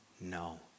no